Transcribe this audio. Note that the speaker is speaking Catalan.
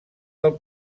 del